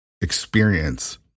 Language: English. experience